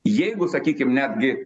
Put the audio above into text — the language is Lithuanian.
jeigu sakykim netgi